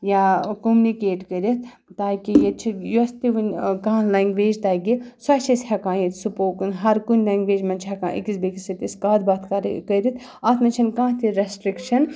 یا کوٚمنِکیٹ کٔرِتھ تاکہِ ییٚتہِ چھِ یۄس تہِ وٕنہِ کانٛہہ لنٛگویج تَگہِ سۄ چھِ أسۍ ہٮ۪کان ییٚتہِ سپوکٕن ہَرکُنہِ لنٛگویج منٛز چھِ ہٮ۪کان أکِس بیٚکِس سۭتۍ أسۍ کَتھ باتھ کَرٕ کٔرِتھ اَتھ منٛز چھَنہٕ کانٛہہ تہِ رٮ۪سٹِرٛکشَن